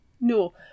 No